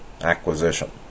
acquisition